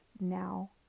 now